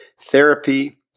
therapy